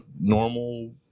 normal